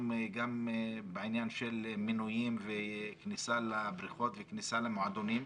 גם בעניין של מינויים וכניסה לבריכות וכניסה למועדונים.